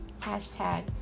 Hashtag